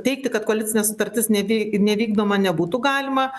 teigti kad koalicinė sutartis nevy nevykdoma nebūtų galima